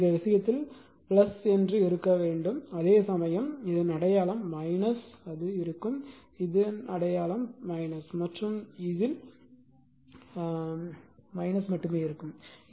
எனவே இந்த விஷயத்தில் இருக்க வேண்டும் அதே சமயம் இதன் அடையாளம் அது இருக்கும் இதன் அடையாளம் இருக்கும் மற்றும் இதில் மட்டுமே இருக்கும்